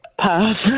Pass